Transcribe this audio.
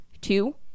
two